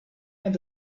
out